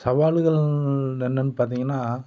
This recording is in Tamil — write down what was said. சவால்கள் என்னன்னு பார்த்திங்கன்னா